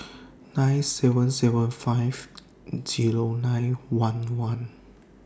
nine seven seven five Zero nine one one